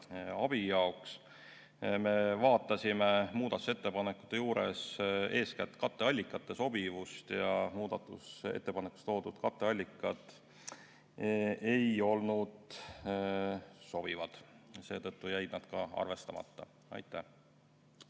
abi jaoks. Me vaatasime muudatusettepanekute puhul eeskätt katteallikate sobivust. Muudatusettepanekute juures toodud katteallikad ei olnud sobivad. Seetõttu jäid ettepanekud ka arvestamata. Aitäh!